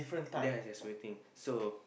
there there's waiting so